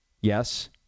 Yes